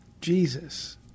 Jesus